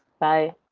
bye.